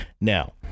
Now